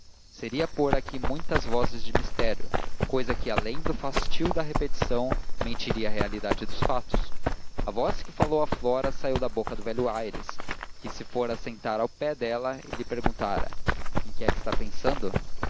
seria pôr aqui muitas vozes de mistério cousa que além do fastio da repetição mentiria à realidade dos fatos a voz que falou a flora saiu da boca do velho aires que se fora sentar ao pé dela e lhe perguntara em que é que está pensando